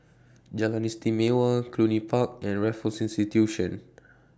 Jalan Istimewa Cluny Park and Raffles Institution